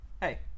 hey